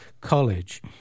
college